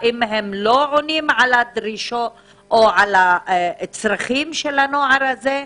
האם הם לא עונים על הדרישות או על הצרכים של הנוער הזה?